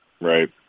right